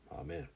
Amen